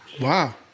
Wow